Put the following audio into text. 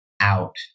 out